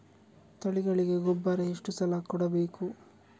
ತಳಿಗಳಿಗೆ ಗೊಬ್ಬರ ಎಷ್ಟು ಸಲ ಕೊಡಬೇಕು?